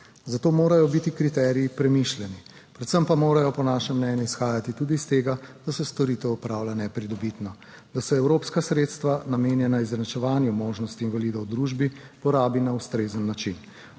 zato morajo biti kriteriji premišljeni, predvsem pa morajo po našem mnenju izhajati tudi iz tega, da se storitev opravlja nepridobitno, da so evropska sredstva namenjena izenačevanju možnosti invalidov v družbi, porabi na ustrezen način.